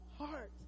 heart